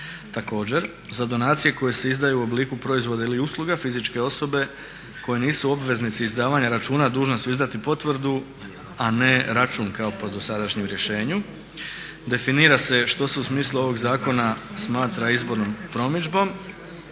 također za donacije koje se izdaju u obliku proizvoda ili usluga fizičke osobe koje nisu obveznici izdavanja računa dužni su izdati potvrdu a ne račun kao po dosadašnjem rješenju, definira se što se u smislu ovog zakona smatra izbornom promidžbom,